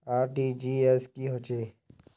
RTGS की होचए?